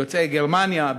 יוצאי גרמניה,